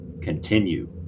Continue